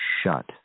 shut